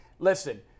Listen